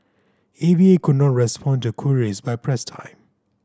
A V A could not respond to queries by press time